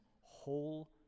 whole